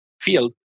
field